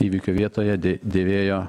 įvykio vietoje dėvėjo